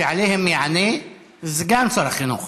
שעליהן יענה סגן שר החינוך.